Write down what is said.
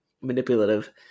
manipulative